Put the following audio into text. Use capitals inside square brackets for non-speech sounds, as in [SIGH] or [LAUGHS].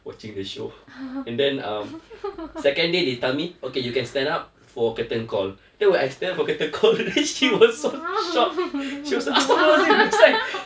watching the show and then um second day they tell me okay you can stand up for curtain call then when I stand up for curtain call already [LAUGHS] she was so shocked she was like astaghfirullahalazim she was like